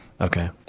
Okay